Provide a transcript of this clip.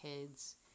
kids